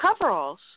coveralls